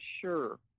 sure